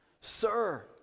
sir